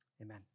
Amen